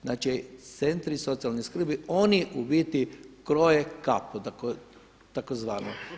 Znači Centri socijalne skrbi, oni u biti kroje kapu takozvanu.